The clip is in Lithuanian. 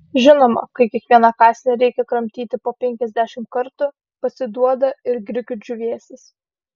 žinoma kai kiekvieną kąsnį reikia kramtyti po penkiasdešimt kartų pasiduoda ir grikių džiūvėsis